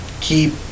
keep